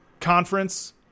conference